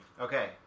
Okay